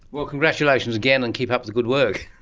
well, congratulations again and keep up the good work.